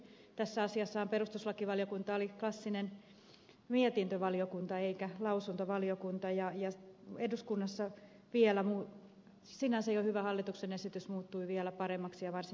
tässä asiassahan perustuslakivaliokunta oli klassinen mietintövaliokunta eikä lausuntovaliokunta ja eduskunnassa sinänsä jo hyvä hallituksen esitys muuttui vielä paremmaksi ja varsinkin selkeämmäksi